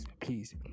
please